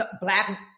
Black